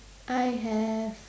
I have